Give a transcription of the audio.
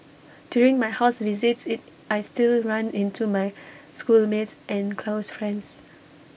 during my house visits IT I still run into many schoolmates and close friends